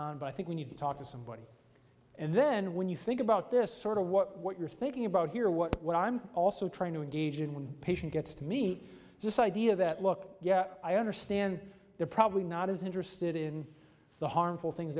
on but i think when you talk to somebody and then when you think about this sort of what what you're thinking about here what i'm also trying to engage in when a patient gets to meet this idea that look yeah i understand they're probably not as interested in the harmful things